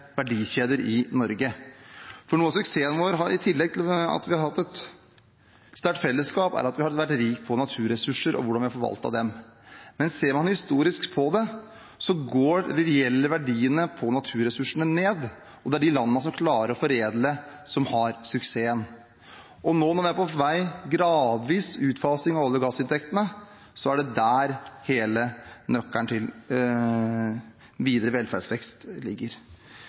verdikjeder i Norge? For noe av suksessen vår, i tillegg til at vi har hatt et sterkt fellesskap, kommer av at vi har vært rike på naturressurser, og av hvordan vi har forvaltet dem. Men ser man historisk på det, går de reelle verdiene på naturressursene ned, og det er de landene som klarer å foredle, som har suksess. Når vi nå er på vei til gradvis å fase ut olje- og gassinntektene, er det der nøkkelen til videre velferdsvekst ligger.